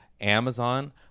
Amazon